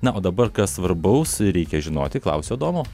na o dabar ką svarbaus reikia žinoti klausiu adomo